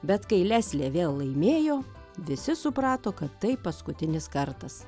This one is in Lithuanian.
bet kai leslė vėl laimėjo visi suprato kad tai paskutinis kartas